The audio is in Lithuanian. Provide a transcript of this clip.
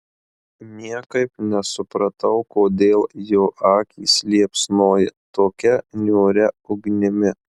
niekaip nesupratau kodėl jo akys liepsnoja tokia niūria ugnimi